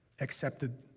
accepted